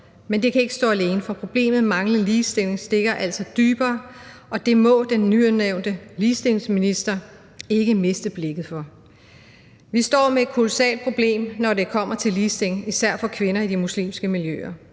Men det kan ikke stå alene, for problemet med manglende ligestilling stikker altså dybere, og det må den nyudnævnte ligestillingsminister ikke miste blikket for. Vi står med et kolossalt problem, når det kommer til ligestilling, især for kvinder i de muslimske miljøer.